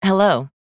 Hello